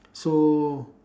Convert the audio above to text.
so